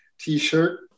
t-shirt